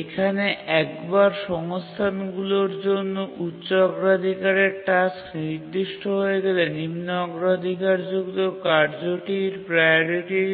এখানে একবার সংস্থানগুলির জন্য উচ্চ অগ্রাধিকারের টাস্ক নির্দিষ্ট হয়ে গেলে নিম্ন অগ্রাধিকারযুক্ত কার্যটির প্রাওরিটি